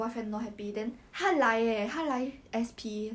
um